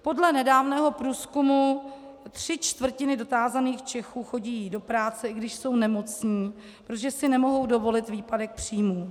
Podle nedávného průzkumu tři čtvrtiny dotázaných Čechů chodí do práce, i když jsou nemocní, protože si nemohou dovolit výpadek příjmů.